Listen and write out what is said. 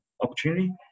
opportunity